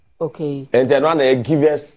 Okay